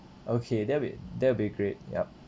okay that'll be that'll be great yup